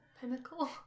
Pinnacle